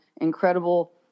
incredible